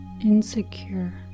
Insecure